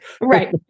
Right